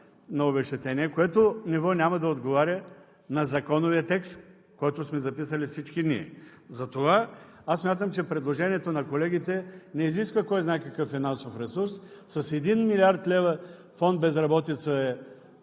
на обезщетение, което ниво няма да отговаря на законовия текст, който сме записали всички ние, затова аз смятам, че предложението на колегите не изисква кой знае какъв финансов ресурс. С един милиард лева фонд „Безработица“ е